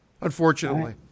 Unfortunately